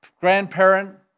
grandparent